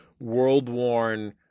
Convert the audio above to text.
world-worn –